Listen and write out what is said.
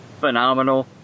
phenomenal